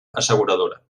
asseguradora